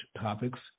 topics